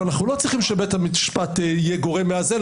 ואנחנו לא צריכים שבית המשפט יהיה גורם מאזן,